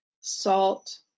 salt